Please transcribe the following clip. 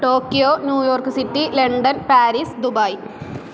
Tokyo New York city London Paris Dubai